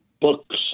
books